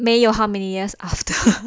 没有 how many years after